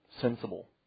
sensible